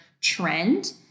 trend